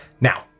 Now